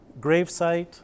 Gravesite